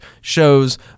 shows